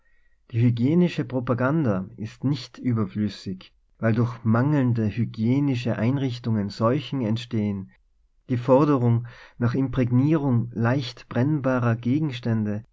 die hygienische propaganda ist nicht überflüssig weil durch mangelnde hygienische einrieb tungen seuchen entstehen die forderung nach im prägnierung leicht brennbarer gegenstände